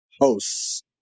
hosts